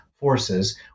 forces